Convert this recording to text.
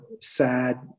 sad